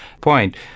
point